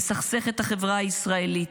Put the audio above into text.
לסכסך את החברה הישראלית,